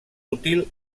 útil